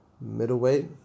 middleweight